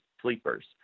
sleepers